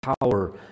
power